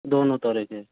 दोनों तरह के